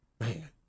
man